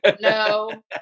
no